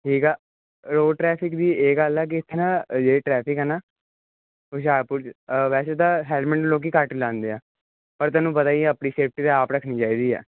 ਠੀਕ ਆ road traffic ਵੀ ਇਹ ਗੱਲ ਹੈ ਕਿ ਹੈਨਾ ਜਿਹੜੀ ਟਰੈਫਿਕ ਹੈ ਨਾ ਹੁਸ਼ਿਆਰਪੁਰ 'ਚ ਵੈਸੇ ਤਾਂ ਹੈਲਮਟ ਲੋਕ ਘੱਟ ਹੀ ਲਾਉਂਦੇ ਆ ਪਰ ਤੁਹਾਨੂੰ ਪਤਾ ਹੀ ਆ ਆਪਣੀ ਸੇਫਟੀ ਤਾਂ ਆਪ ਰੱਖਣੀ ਚਾਹੀਦੀ ਆ